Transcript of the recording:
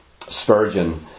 Spurgeon